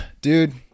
dude